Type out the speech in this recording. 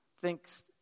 thinks